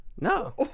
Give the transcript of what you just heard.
No